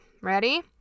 Ready